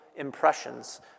Impressions